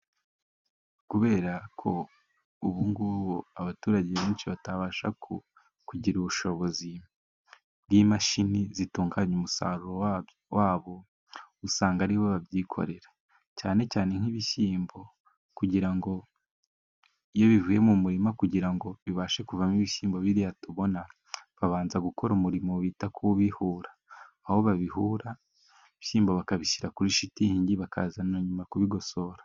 Kubera ko ubungubu abaturage benshi batabasha kugira ubushobozi bw'imashini zitunganya umusaruro wabo, usanga ari bo babyikorera, cyane cyane nk'ibishyimbo, kugira ngo iyo bivuye mu murima, kugira ngo bibashe kuvamo ibishyimbo biriya tubona, babanza gukora umurimo bita kubihura. Aho babihura, ibishyimbo bakabishyira kuri shitingi bakaza nyuma kubigosora.